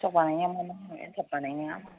सिथाव बानायनायो मा होनो एनथाब बानायनाया